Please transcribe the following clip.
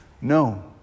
No